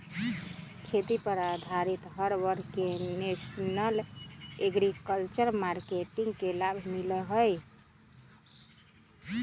खेती पर आधारित हर वर्ग के नेशनल एग्रीकल्चर मार्किट के लाभ मिला हई